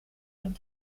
und